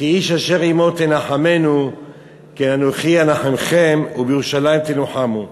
ו"כאיש אשר אמו תנחמנו כן אנכי אנחמכם ובירושלים תנחמו".